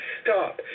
stop